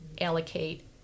allocate